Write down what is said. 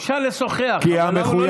אפשר לשוחח, אבל לא לצעוק.